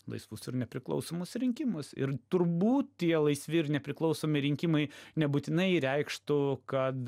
laisvus ir nepriklausomus rinkimus ir turbūt tie laisvi ir nepriklausomi rinkimai nebūtinai reikštų kad